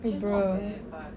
big bro